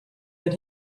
that